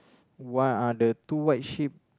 why are the two white ship